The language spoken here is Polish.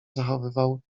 zachowywał